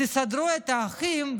תסדרו את האחים,